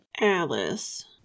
Alice